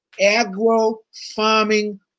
agro-farming